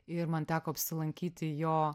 ir man teko apsilankyti jo